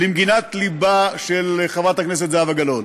למגינת לבה של חברת הכנסת זהבה גלאון.